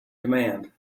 demand